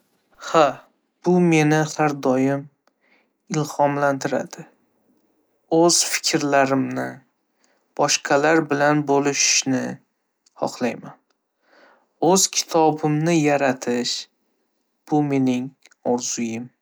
﻿Ha, bu meni har doim ilhomlantiradi. Oʻz fikrlarimni boshqalar bilan boʻlishishni xohlayman. Oʻz kitobimni yaratish, bu mening orzuyim.